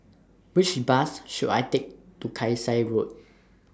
Which Bus should I Take to Kasai Road